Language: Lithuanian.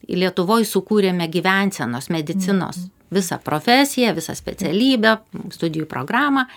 lietuvoj sukūrėme gyvensenos medicinos visą profesiją visą specialybę studijų programą